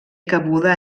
cabuda